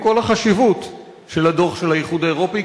עם כל החשיבות של הדוח של האיחוד האירופי,